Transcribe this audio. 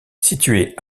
situé